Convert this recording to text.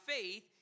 faith